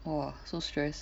!wah! so stress